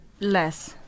less